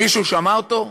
מישהו שמע אותו?